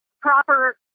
proper